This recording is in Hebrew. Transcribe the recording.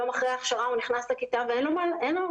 יום אחרי ההכשרה הוא נכנס לכיתה ואין לו מושג